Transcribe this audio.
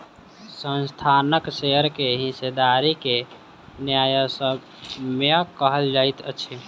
संस्थानक शेयर के हिस्सेदारी के न्यायसम्य कहल जाइत अछि